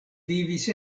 vivis